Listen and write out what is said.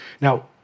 Now